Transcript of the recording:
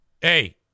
hey